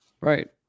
Right